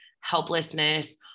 helplessness